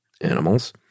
animals